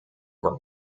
were